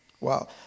Wow